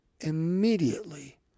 immediately